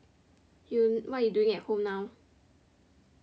what you doing at home now